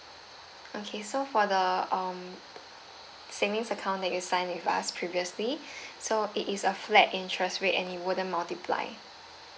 okay so for the um savings account that you sign with us previously so it is a flat interest rate and it wouldn't multiply